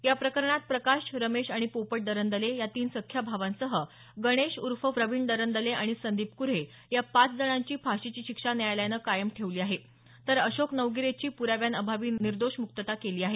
या प्रकरणात प्रकाश रमेश आणि पोपट दरंदले या तीन सख्या भावांसह गणेश ऊर्फ प्रविण दरंदले आणि संदीप कुऱ्हे या पाच जणांची फाशीची शिक्षा न्यायालयानं कायम ठेवली आहे तर अशोक नवगिरेची पुराव्यांअभावी निर्दोष मुक्तता केली आहे